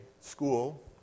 school